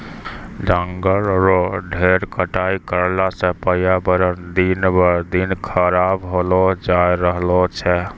जंगल रो ढेर कटाई करला सॅ पर्यावरण दिन ब दिन खराब होलो जाय रहलो छै